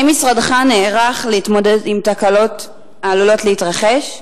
האם משרדך נערך להתמודד עם תקלות העלולות להתרחש?